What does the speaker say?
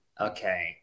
Okay